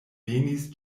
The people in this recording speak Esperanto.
venis